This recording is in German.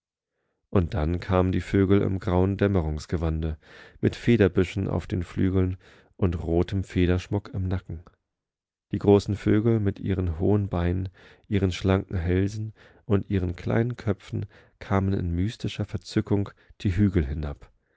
und dann kamen die vögel im grauen dämmerungsgewande mit federbüschen auf den flügeln und rotem federschmuck im nacken die großen vögel mit ihren hohen beinen ihren schlanken hälsen und ihren kleinen köpfen kamen in mystischer verzückung die hügel hinab